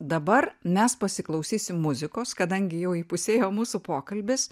dabar mes pasiklausysim muzikos kadangi jau įpusėjo mūsų pokalbis